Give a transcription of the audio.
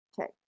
okay